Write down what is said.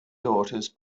daughters